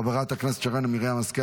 חבר הכנסת משה טור פז,